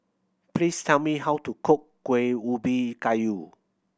please tell me how to cook Kuih Ubi Kayu